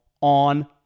on